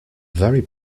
very